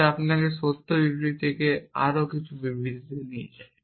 যা আপনাকে সত্য বিবৃতি থেকে আরও সত্য বিবৃতিতে নিয়ে যায়